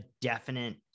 definite